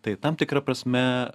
tai tam tikra prasme